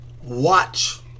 Watch